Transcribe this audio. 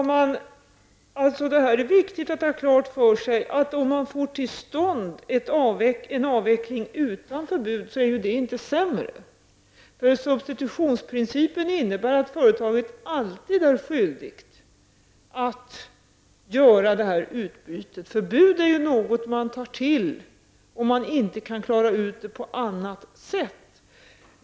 Fru talman! Det är viktigt att ha klart för sig att det inte är sämre om man får till stånd en avveckling utan förbud. Substitutionsprincipen innebär att företaget alltid har skyldighet att göra ett utbyte. Förbud är något man tar till om man inte kan klara av det på annat sätt.